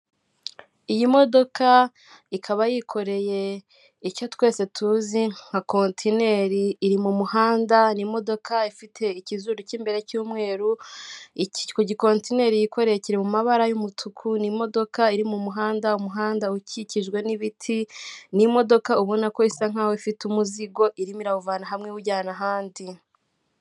Iyi modoka ikaba yikoreye icyo twese tuzi nka kontineri, iri mu muhanda. N'imodoka ifite ikizuru cy'imbere cy'umweru, ku gikontineri yikoreye kiri mu mabara y'umutuku. Ni imodoka iri mu muhanda , umuhanda ukikijwe n'ibiti n'imodoka ubona ko isa naho ifite umuzigo, irimo irawuvana hamwe iwujyana ahandi.